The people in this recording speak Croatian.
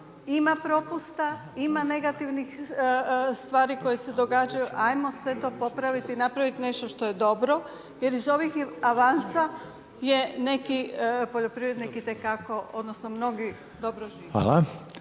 ima propusta, ima negativnih stvari koje se događaju, ajmo sve to popraviti i napravit nešto što je dobro jer iz ovih avansa je neki poljoprivrednik itekako, odnosno mnogi dobro žive.